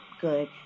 good